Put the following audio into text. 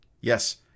Yes